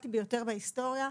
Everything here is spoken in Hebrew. והדרמטי ביותר בהיסטוריה,